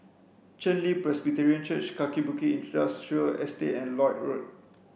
Chen Li Presbyterian Church Kaki Bukit Industrial Estate and Lloyd Road